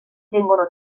vengono